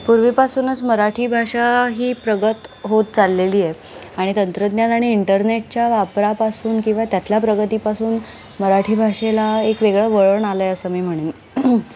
पूर्वीपासूनच मराठी भाषा ही प्रगत होत चाललेली आहे आणि तंत्रज्ञान आणि इंटरनेटच्या वापरापासून किंवा त्यातल्या प्रगतीपासून मराठी भाषेला एक वेगळं वळण आलं आहे असं मी म्हणेन